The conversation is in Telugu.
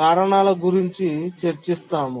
కారణాల గురించి చర్చిస్తాము